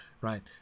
right